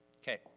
Okay